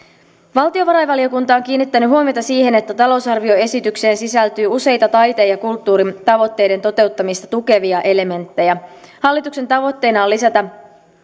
valtiovarainvaliokunta on kiinnittänyt huomiota siihen että talousarvioesitykseen sisältyy useita taiteen ja kulttuurin tavoitteiden toteuttamista tukevia elementtejä hallituksen tavoitteena on lisätä